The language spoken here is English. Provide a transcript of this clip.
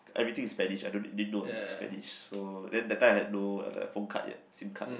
everything is Spanish I don't didn't know any Spanish so then that time I have no phone card Sim card yet